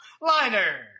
Liner